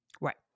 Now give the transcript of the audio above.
Right